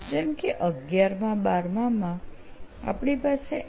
જેમ કે 11માં 12માં આપણી પાસે એન